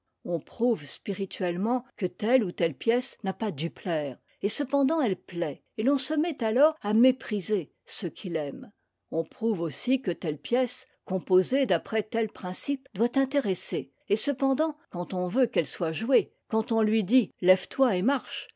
on prouve spirituellement que telle ou telle pièce n'a pas dû plaire et cependant elle plaît et l'on se met alors à mépriser ceux qui l'aiment on prouve aussi que telle pièce composée d'après tels principes doit intéresser et cependant quand on veut qu'elle soit jouée quand on lui ditlève toi et marche